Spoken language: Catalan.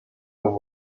del